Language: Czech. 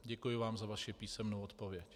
Děkuji vám za vaši písemnou odpověď.